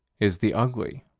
is the ugly.